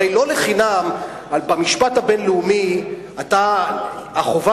הרי לא לחינם במשפט הבין-לאומי החובה